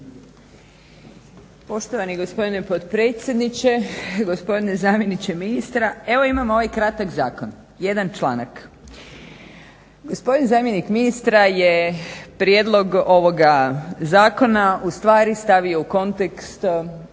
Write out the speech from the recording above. Poštovani gospodine potpredsjedniče, gospodine zamjeniče ministra. Evo imamo ovaj kratak zakon jedan članak. Gospodin zamjenik ministra je prijedlog ovog zakona u stvari stavio u kontekst